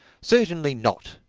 certainly not,